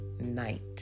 night